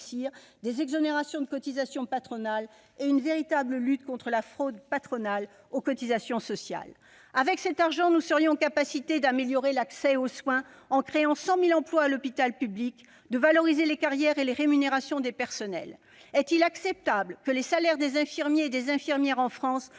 des exonérations de cotisations patronales et par une véritable lutte contre la fraude patronale aux cotisations sociales. Avec cet argent, nous serions en capacité d'améliorer l'accès aux soins en créant 100 000 emplois à l'hôpital public et de revaloriser les carrières et les rémunérations des personnels. Est-il acceptable que les salaires des infirmières et des infirmiers en France